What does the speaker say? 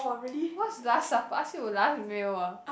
what's last supper ask you to last meal ah